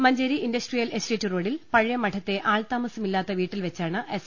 Manjeri industrial estate റോഡിൽ പഴയമഠത്തെ ആൾത്താമസമില്ലാത്ത വീട്ടിൽവെച്ചാണ് എസ്